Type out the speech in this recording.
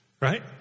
Right